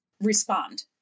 respond